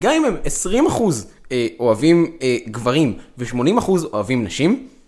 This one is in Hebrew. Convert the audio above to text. גם אם הם 20% אוהבים גברים ו-80% אוהבים נשים?